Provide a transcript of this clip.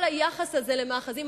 כל היחס הזה למאחזים,